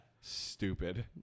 Stupid